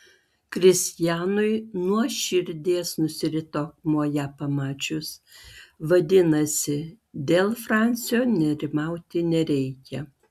kristijanui nuo širdies nusirito akmuo ją pamačius vadinasi dėl fransio nerimauti nereikia